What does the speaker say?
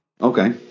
Okay